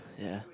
ya